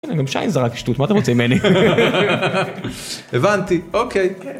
מה אתה רוצה ממני הבנתי אוקיי.